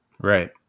Right